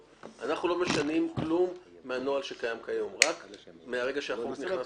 אנחנו לא משנים כלום מהנוהל הקיים כיום אלא רק מהרגע שהחוק נכנס לתוקף.